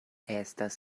estas